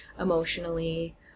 emotionally